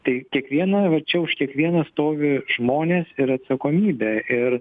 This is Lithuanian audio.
tai kiekvieną vat čia už kiekvieną stovi žmonės ir atsakomybė ir